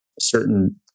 certain